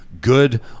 Good